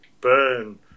Burn